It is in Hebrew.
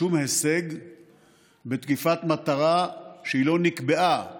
שום הישג בתקיפת מטרה שלא נקבעה